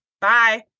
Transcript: Bye